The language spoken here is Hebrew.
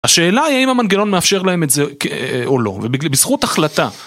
השאלה היא האם המנגנון מאפשר להם את זה כ... או לא, בזכות החלטה